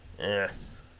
Yes